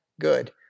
Good